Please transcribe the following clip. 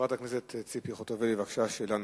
חברת הכנסת ציפי חוטובלי, בבקשה, שאלה נוספת.